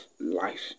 life